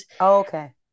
okay